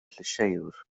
llysieuwr